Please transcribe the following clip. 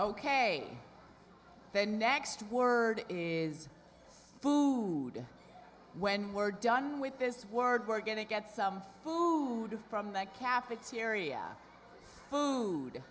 ok the next word is food when we're done with this word we're going to get some food from that cafeteria food